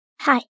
Hi